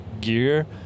gear